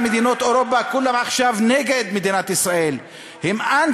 אתם אומרים שכל העולם עכשיו נגד מדינת ישראל פתאום.